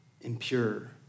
impure